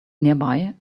nearby